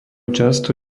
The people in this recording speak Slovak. často